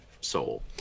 soul